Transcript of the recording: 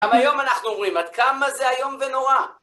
אבל היום אנחנו רואים עד כמה זה איום ונורא...